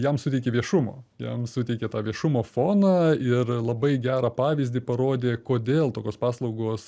jam suteikė viešumo jam suteikė tą viešumo foną ir labai gerą pavyzdį parodė kodėl tokios paslaugos